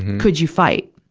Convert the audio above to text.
could you fight.